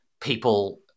people